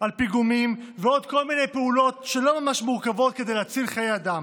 על פיגומים ועוד כל מיני פעולות שהן לא ממש מורכבות כדי להציל חיי אדם.